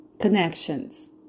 connections